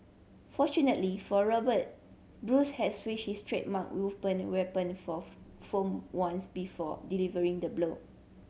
fortunately for Robert Bruce had switched his trademark weapon for foam ones before delivering the blow